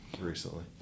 recently